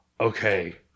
Okay